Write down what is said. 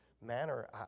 manner